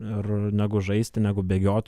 ir negu žaisti negu bėgiot